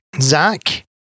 Zach